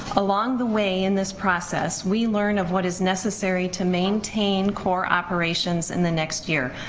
along the way in this process we learn of what is necessary to maintain core operations in the next year,